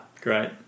Great